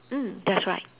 mm that's right